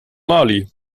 mali